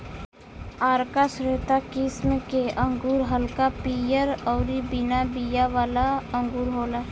आरका श्वेता किस्म के अंगूर हल्का पियर अउरी बिना बिया वाला अंगूर होला